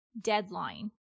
deadline